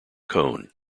cone